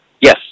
Yes